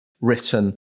written